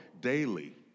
daily